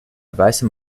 weißem